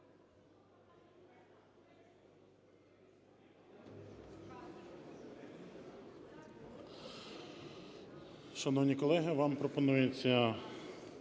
Шановні колеги, вам пропонується